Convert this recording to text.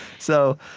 so,